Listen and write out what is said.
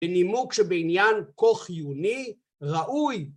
בנימוק שבעניין כה חיוני ראוי